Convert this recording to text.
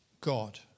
God